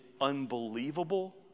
unbelievable